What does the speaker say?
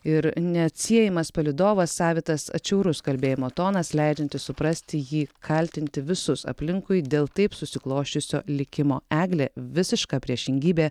ir neatsiejamas palydovas savitas atšiaurus kalbėjimo tonas leidžiantis suprasti jį kaltinti visus aplinkui dėl taip susiklosčiusio likimo eglė visiška priešingybė